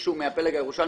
מישהו מהפלג הירושלמי,